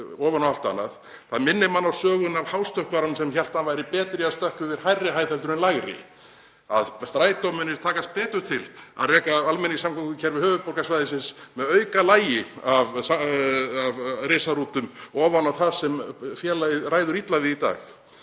ofan á allt annað, þá minnir það mann á söguna af hástökkvaranum sem hélt að hann væri betri í að stökkva yfir hærri hæð en lægri, að Strætó muni takast betur til við að reka almenningssamgöngukerfi höfuðborgarsvæðisins með aukalagi af risarútum ofan á það sem félagið ræður illa við í dag.